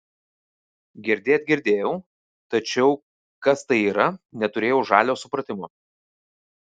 girdėt girdėjau tačiau kas tai yra neturėjau žalio supratimo